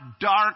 dark